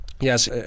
Yes